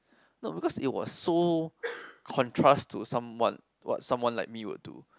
no because it was so contrast to some what what someone like me would do